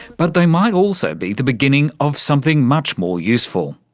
but they might also be the beginning of something much more useful.